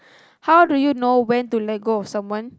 how do you know when to let go of someone